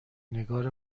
نگار